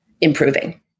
improving